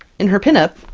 in her pinup,